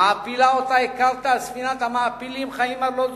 המעפילה שהכרת על ספינת המעפילים "חיים ארלוזורוב"